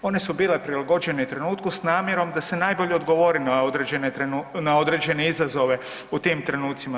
One su bile prilagođene trenutku s namjerom da se najbolje odgovori na određene izazove u tim trenucima.